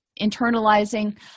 internalizing